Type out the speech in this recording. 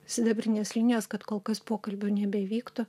sidabrinės linijos kad kol kas pokalbių nebevyktų